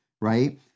right